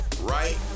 right